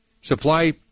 supply